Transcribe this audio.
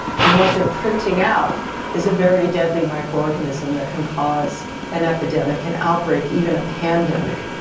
and what they are printing out is a very deadly microorganisms that can cause an epidemic, an outbreak, even a pandemic?